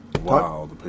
Wow